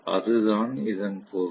அதுதான் இதன் பொருள்